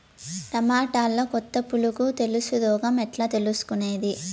టమోటాలో కొత్త పులుగు తెలుసు రోగం ఎట్లా తెలుసుకునేది?